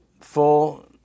full